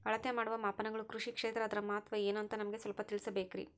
ಅಳತೆ ಮಾಡುವ ಮಾಪನಗಳು ಕೃಷಿ ಕ್ಷೇತ್ರ ಅದರ ಮಹತ್ವ ಏನು ಅಂತ ನಮಗೆ ಸ್ವಲ್ಪ ತಿಳಿಸಬೇಕ್ರಿ?